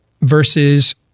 versus